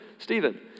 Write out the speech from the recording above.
Stephen